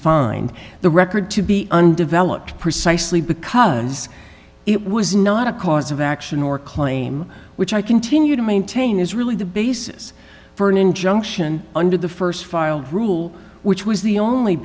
find the record to be undeveloped precisely because it was not a cause of action or claim which i continue to maintain is really the basis for an injunction under the st filed rule which was the only